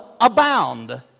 abound